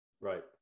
Right